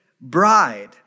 bride